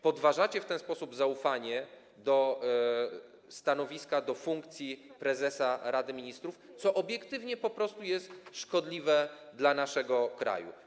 Podważacie w ten sposób zaufanie do stanowiska, do funkcji prezesa Rady Ministrów, co obiektywnie po prostu jest szkodliwe dla naszego kraju.